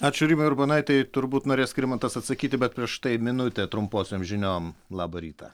ačiū rimai urbonaitei turbūt norės skirmantas atsakyti bet prieš tai minutė trumposiom žiniom labą rytą